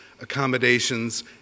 accommodations